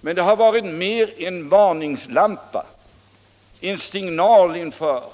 Men det har varit mer en varningslampa, en signal, inför